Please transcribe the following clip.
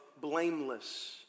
blameless